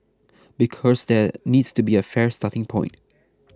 because there needs to be a fair starting point